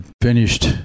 finished